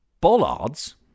Bollards